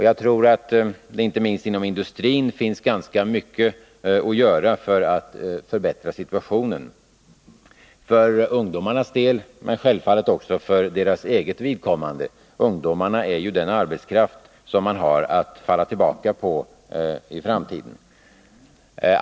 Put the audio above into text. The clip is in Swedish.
Jag tror att det inte minst inom industrin finns ganska mycket att göra för att förbättra situationen för ungdomarnas del, men självfallet också för industrins eget vidkommande — ungdomarna är ju den arbetskraft som man har att falla tillbaka på i framtiden.